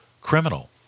criminal